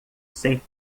sem